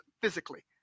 physically